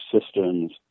systems